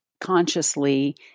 consciously